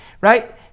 right